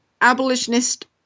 abolitionist